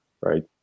right